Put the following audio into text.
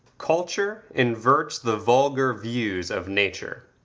culture inverts the vulgar views of nature,